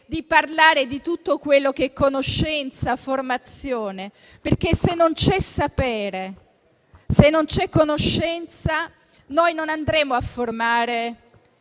o di tutto quello che è conoscenza e formazione, perché, se non c'è sapere e non c'è conoscenza, non andremo a formare